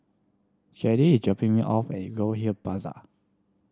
Sadie is dropping me off at Goldhill Plaza